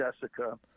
jessica